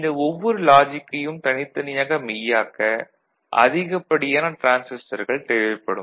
இந்த ஒவ்வொரு லாஜிக்கையும் தனித்தனியாக மெய்யாக்க அதிகப்படியான டிரான்சிஸ்டர்கள் தேவைப்படும்